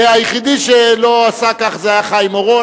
היחידי שלא עשה כך היה חיים אורון,